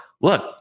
Look